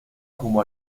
como